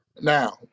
Now